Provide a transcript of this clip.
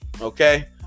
okay